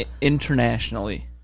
internationally